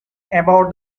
about